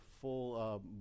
full